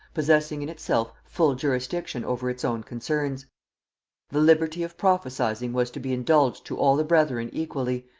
possessing in itself full jurisdiction over its own concerns the liberty of prophesying was to be indulged to all the brethren equally,